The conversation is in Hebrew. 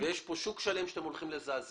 יש פה שוק שלם שאתם הולכים לזעזע.